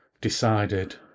decided